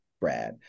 Brad